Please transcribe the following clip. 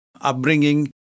upbringing